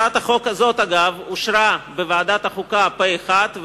הצעת החוק הזאת אושרה בוועדת החוקה פה אחד,